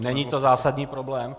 Není to zásadní problém.